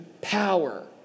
power